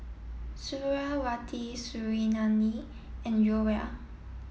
Suriawati Suriani and Joyah